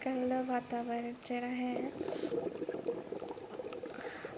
गल्लां बातां चले करदियां ऐ